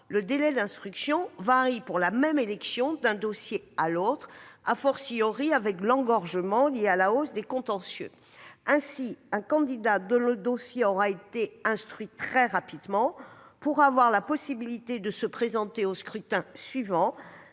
le délai d'instruction varie d'un dossier à l'autre, avec l'engorgement lié à la hausse des contentieux. Ainsi, un candidat dont le dossier aura été instruit très rapidement pourra avoir la possibilité de se présenter au scrutin suivant,